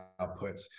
outputs